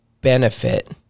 benefit